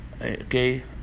Okay